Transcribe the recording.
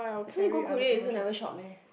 so you go Korea you also never shop meh